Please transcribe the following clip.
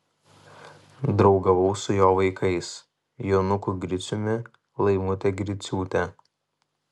draugavau su jo vaikais jonuku griciumi laimute griciūte